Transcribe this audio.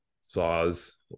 saws